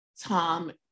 Tom